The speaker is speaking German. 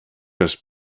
des